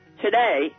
today